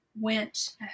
went